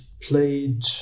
played